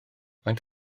faint